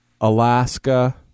Alaska